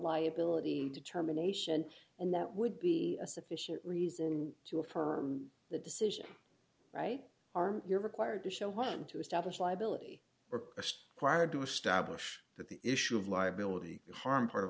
liability determination and that would be a sufficient reason to affirm the decision right arm you're required to show one to establish liability or asst acquired to establish that the issue of liability harm part of